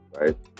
right